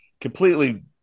completely